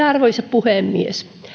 arvoisa puhemies